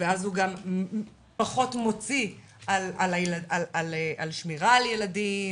ואז הוא גם פחות מוציא על שמירה על ילדים,